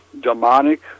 demonic